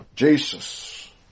Jesus